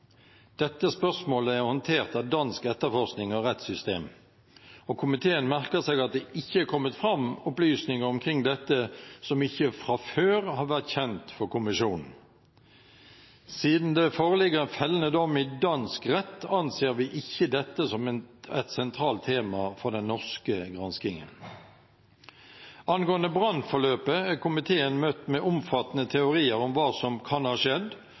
Dette spørsmålet er håndtert av dansk etterforskning og rettssystem, og komiteen merker seg at det ikke er kommet fram opplysninger omkring dette som ikke fra før har vært kjent for kommisjonen. Siden det foreligger en fellende dom i dansk rett, anser vi ikke dette som et sentralt tema for den norske granskingen. Angående brannforløpet er komiteen møtt med omfattende teorier om hva som kan ha skjedd,